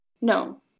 No